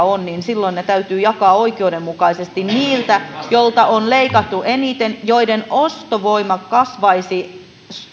on niin silloin ne täytyy jakaa oikeudenmukaisesti niille joilta on leikattu eniten ja joiden ostovoima kasvaisi